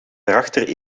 daarachter